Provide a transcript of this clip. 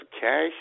cash